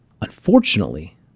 Unfortunately